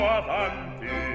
avanti